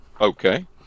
Okay